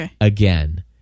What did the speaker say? again